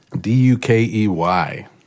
D-U-K-E-Y